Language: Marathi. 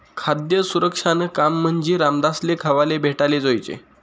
खाद्य सुरक्षानं काम म्हंजी समदासले खावाले भेटाले जोयजे